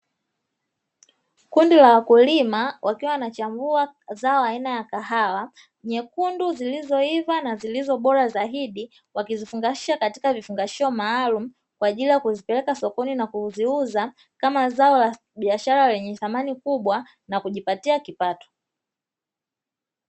Kundi la wakulima wakiwa wanachambua zao aina ya kahawa nyekundu zilizoiva na zilizo bora zaidi wakizifungasha katika vifungashio maalumu, kwa ajili ya kuzipeleka sokoni na kuziuza kama zao la biashara lenye thamani kubwa na kujipatia kipato.